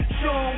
show